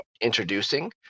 introducing